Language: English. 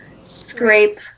scrape